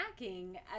snacking